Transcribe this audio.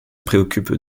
préoccupe